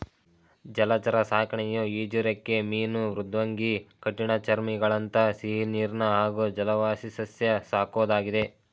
ಜಲಚರ ಸಾಕಣೆಯು ಈಜುರೆಕ್ಕೆ ಮೀನು ಮೃದ್ವಂಗಿ ಕಠಿಣಚರ್ಮಿಗಳಂಥ ಸಿಹಿನೀರಿನ ಹಾಗೂ ಜಲವಾಸಿಸಸ್ಯ ಸಾಕೋದಾಗಿದೆ